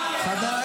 סעדה,